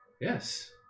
Yes